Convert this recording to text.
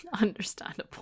understandable